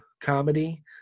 comedy